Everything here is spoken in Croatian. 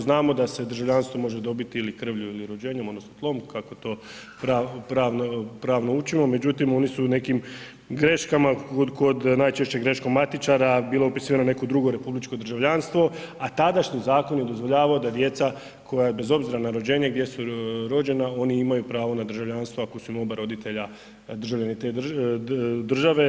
Znamo da se državljanstvo može dobiti ili krvlju ili rođenjem odnosno tlom kako to pravno učimo međutim oni su nekim greškama kod, najčešće greškom matičara bili upisivani u neko drugo republičko državljanstvo a tadašnji zakon da djeca koja, bez obzira na rođenje gdje su rođena oni imaju pravo na državljanstvo ako su im oba roditelja državljani te države.